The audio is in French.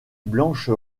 blanche